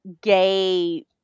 gay